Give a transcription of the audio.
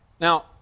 Now